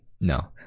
No